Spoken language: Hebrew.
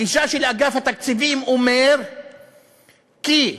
הגישה של אגף התקציבים אומרת כי,